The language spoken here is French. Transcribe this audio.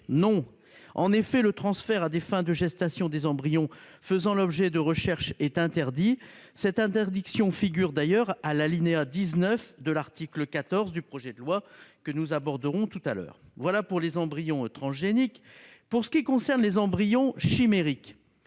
non ! En effet, le transfert à des fins de gestation des embryons faisant l'objet de recherches est interdit. Cette interdiction figure d'ailleurs à l'alinéa 19 de l'article 14 du projet de loi, que nous aborderons tout à l'heure. Pour ce qui concerne à présent les embryons chimériques,